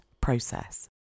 process